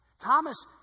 Thomas